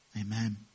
amen